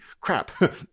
Crap